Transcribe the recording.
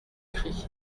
cri